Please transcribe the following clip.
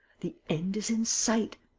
the end is in sight.